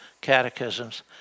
catechisms